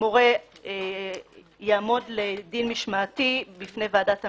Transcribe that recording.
מורה יעמוד לדין משמעתי בפני ועדת המשמעת.